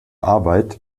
arbeit